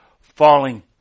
falling